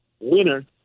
winner